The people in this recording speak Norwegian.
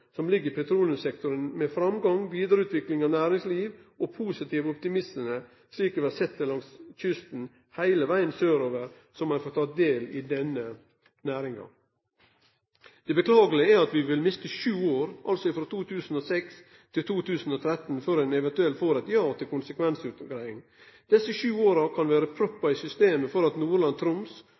som ligg i petroleumssektoren, med framgang og vidareutvikling av næringsliv og positiv optimisme, slik vi har sett at ein langs kysten heile vegen sørover har fått ta del i denne næringa. Det beklagelege er at vi vil miste sju år, frå 2006 til 2013, før ein eventuelt får eit ja til konsekvensutgreiing. Desse sju åra kan vere proppen i systemet for at Nordland og Troms